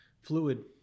fluid